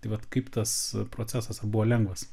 taip vat kaip tas procesas ar buvo lengvas